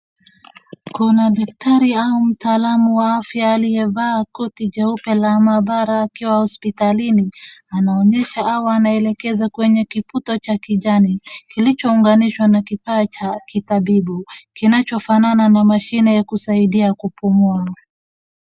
Kuna daktari au mtaalamu wa afya aliyevaa koti jeupe la maabara akiwa hospitalini. Anaonyesha au anaelekeza kwenye kiputo cha kijani kilichounganishwa na kifaa cha kitabibu kinachofanana na mashine ya kusaidia kupumua.